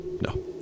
No